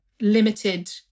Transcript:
limited